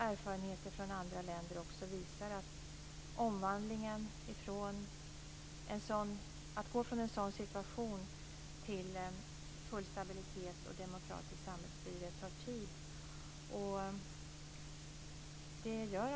Erfarenheter från andra länder visar också att det tar tid att gå från en sådan situation till full stabilitet och demokratiskt samhällsstyre.